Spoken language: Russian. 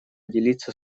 делиться